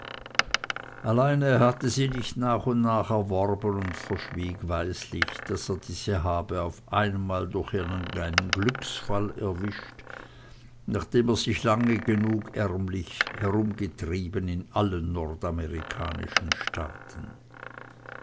allein er hatte sie nicht nach und nach erworben und verschwieg weislich daß er diese habe auf einmal durch irgendeinen glücksfall erwischt nachdem er sich lange genug ärmlich herumgetrieben in allen nordamerikanischen staaten